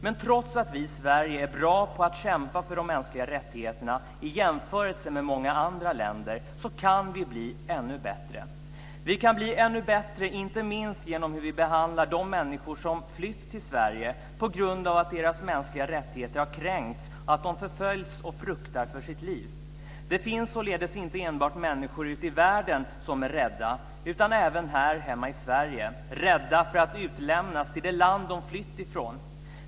Men trots att vi i Sverige är bra på att kämpa för de mänskliga rättigheterna, i jämförelse med många andra länder, kan vi bli ännu bättre. Vi kan bli ännu bättre inte minst i hur vi behandlar de människor som flytt till Sverige på grund av att deras mänskliga rättigheter har kränkts, att de förföljts och fruktar för sina liv. Det finns således inte enbart människor ute i världen som är rädda utan även här hemma i Sverige, rädda för att utlämnas till det land de flytt ifrån.